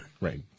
Right